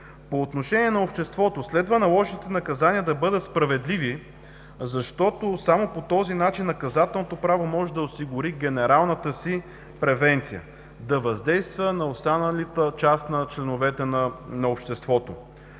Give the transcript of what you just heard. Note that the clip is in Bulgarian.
По отношение на обществото. Наложените наказания следва да бъдат справедливи, защото само по този начин наказателното право може да осигури генералната си превенция – да въздейства на останалата част на членовете на обществото.